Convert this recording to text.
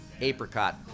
Apricot